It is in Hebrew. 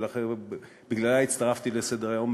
בגללה הצטרפתי להצעה סדר-היום,